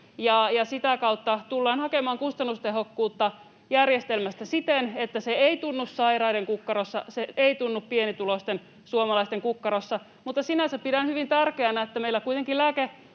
sitä kautta tullaan hakemaan kustannustehokkuutta järjestelmästä siten, että se ei tunnu sairaiden kukkarossa, se ei tunnu pienituloisten suomalaisten kukkarossa. Mutta sinänsä pidän hyvin tärkeänä — meillä kuitenkin